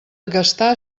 gastar